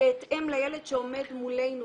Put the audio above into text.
בהתאם לילד שעומד מולנו,